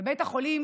בית החולים